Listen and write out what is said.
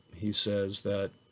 he says that,